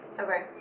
Okay